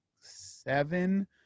seven